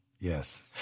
Yes